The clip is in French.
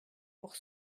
pour